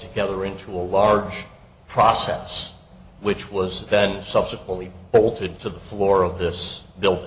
together into a large process which was then subsequently altered to the floor of this bill